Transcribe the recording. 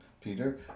Peter